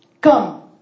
Come